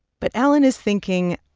but ellen is thinking,